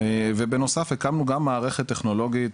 ובנוסף הקמנו גם מערכת טכנולוגית,